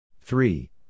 Three